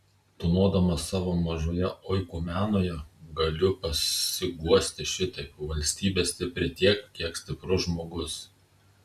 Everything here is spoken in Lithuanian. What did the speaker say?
tūnodamas savo mažoje oikumenoje galiu pasiguosti šitaip valstybė stipri tiek kiek stiprus žmogus